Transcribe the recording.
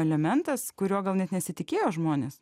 elementas kurio gal net nesitikėjo žmonės